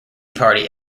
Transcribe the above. party